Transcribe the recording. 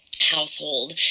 household